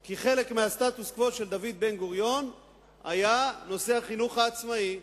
כי חלק מהסטטוס-קוו של דוד בן-גוריון היה נושא החינוך העצמאי.